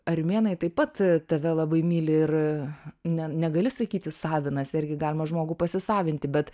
armėnai taip pat tave labai myli ir negali sakyti savinasi argi galima žmogų pasisavinti bet